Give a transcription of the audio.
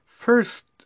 First